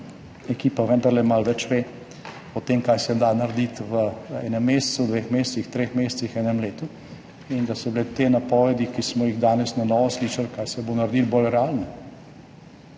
ekipa vendarle malo več ve o tem, kaj se da narediti v enem mesecu, dveh mesecih, treh mesecih, enem letu, in da so bile te napovedi, ki smo jih danes na novo slišali, kaj se bo naredilo, bolj realne.